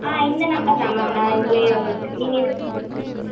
ஆ இந்த நம்பர்தான் மேம் நான் இதிலே உங்களுக்கு நீங்கள் எதில் மேம் சொல்லுங்க